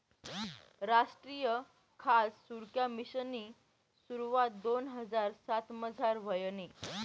रासट्रीय खाद सुरक्सा मिशननी सुरवात दोन हजार सातमझार व्हयनी